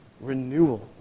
Renewal